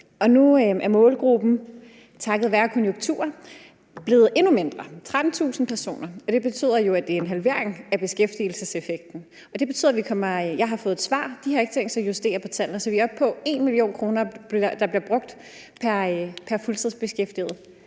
nu er målgruppen takket være konjunkturen blevet endnu mindre: 13.000 personer. Det betyder jo, at det er en halvering af beskæftigelseseffekten. Jeg har fået et svar, og de har ikke tænkt sig at justere på tallene, så vi er oppe på 1 mio. kr., der bliver brugt pr. fuldtidsbeskæftiget.